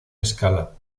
escala